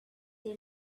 they